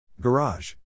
Garage